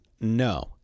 no